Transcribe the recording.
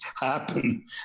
happen